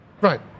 Right